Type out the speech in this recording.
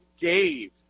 Dave